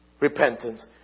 repentance